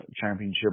Championship